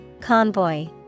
Convoy